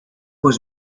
was